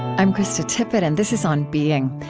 i'm krista tippett, and this is on being.